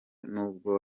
n’ubwo